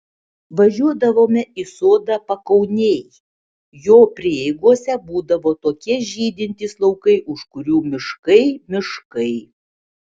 važiuodavome į sodą pakaunėj jo prieigose būdavo tokie žydintys laukai už kurių miškai miškai